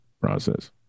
process